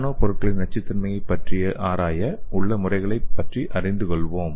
நானோ பொருட்களின் நச்சுத்தன்மையைப் பற்றி ஆராய உள்ள முறைகளைப் பற்றி அறிந்து கொள்வோம்